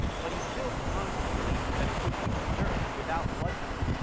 but he still clung to the belief that it could be preserved without bloodshed.